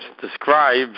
describes